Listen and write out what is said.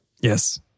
Yes